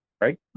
Right